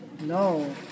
No